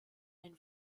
ein